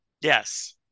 Yes